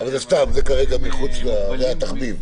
--- זה סתם, זה כרגע מחוץ זה התחביב.